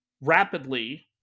rapidly